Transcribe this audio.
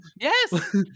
Yes